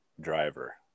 driver